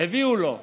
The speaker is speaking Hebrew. הביאו לו.